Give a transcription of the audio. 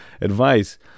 advice